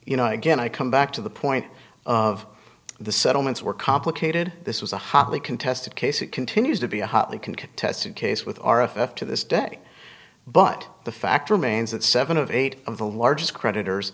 you know again i come back to the point of the settlements were complicated this was a hotly contested case it continues to be a hotly contested case with our effect to this day but the fact remains that seven of eight of the largest creditors